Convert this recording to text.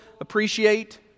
appreciate